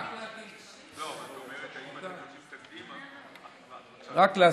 רק להזכיר,